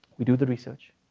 we do the research.